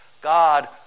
God